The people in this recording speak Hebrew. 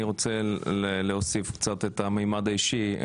אני רוצה להוסיף קצת את המימד האישי.